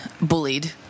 bullied